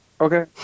Okay